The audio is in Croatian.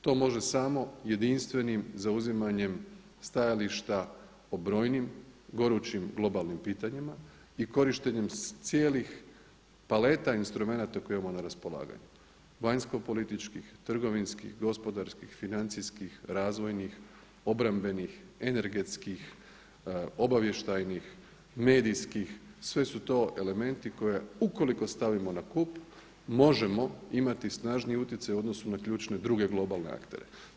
To može samo jedinstvenim zauzimanjem stajališta o brojnim gorućim globalnim pitanjima i korištenjem cijelih paleta instrumenata koje imamo na raspolaganju, vanjskopolitičkih, trgovinskih, gospodarskih, financijskih, razvojnih, obrambenih, energetskih, obavještajnih, medijskih sve su to elementi koje ukoliko stavimo na kup možemo imati snažniji utjecaj u odnosu na ključne druge globalne aktere.